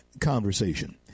conversation